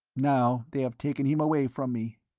now they have taken him away from me.